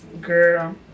Girl